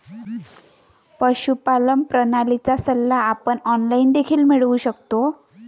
पशुपालन प्रणालीचा सल्ला आपण ऑनलाइन देखील मिळवू शकतो